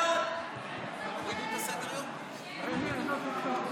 מסקנות ועדת הכספים בעקבות דיון מהיר בהצעתם של חברי הכנסת קרן